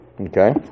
Okay